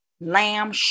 lamb